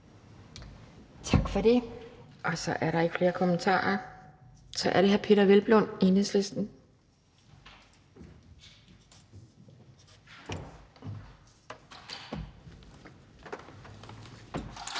Tak for det. Så er der ikke flere kommentarer. Så er det hr. Peder Hvelplund, Enhedslisten.